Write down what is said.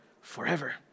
forever